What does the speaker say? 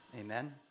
Amen